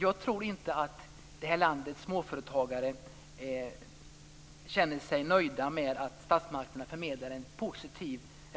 Jag tror inte att det här landets småföretagare känner sig nöjda med att statsmakterna förmedlar